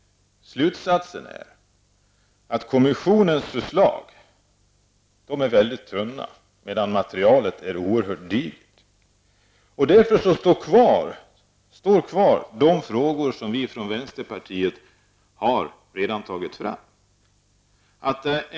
Slutsatsen är att kommissionens förslag är väldigt tunna, medan materialet är oerhört dyrt. Därför kvarstår de frågor som vi från vänsterpartiet redan har ställt.